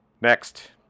Next